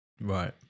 right